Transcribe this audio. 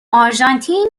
آرژانتین